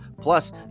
Plus